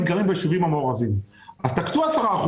גרים ביישובים המעורבים ולכן צריך להקצות 10%,